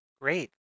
Great